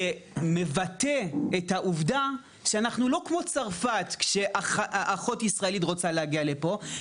שמבטא את העובדה שאנחנו לא כמו צרפת כשאחות ישראלית רוצה להגיע לפה,